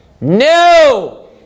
No